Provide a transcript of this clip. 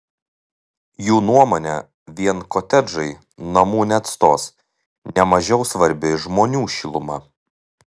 jų nuomone vien kotedžai namų neatstos ne mažiau svarbi žmonių šiluma